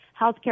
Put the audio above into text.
healthcare